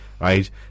right